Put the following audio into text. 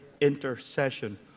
intercession